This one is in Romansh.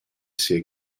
sia